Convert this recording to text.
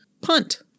punt